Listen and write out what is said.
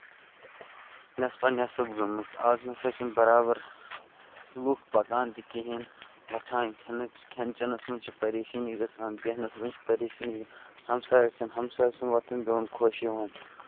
نیصفا نیصف گٔمٕژ آز نسا چھِنہٕ برابر لُکھ پَکان تہِ کِہینۍ نہٕ وۄتھان کھٮ۪ن کھٮ۪ن چٮ۪نَس منٛز چھےٚ پَریشٲنی گژھان بیہنَس منٛز چھِ پَریشٲنی ہَمسایَس چھِ نہٕ ہَمسایَس سُند وۄتھُن بِہُن خۄش یِوان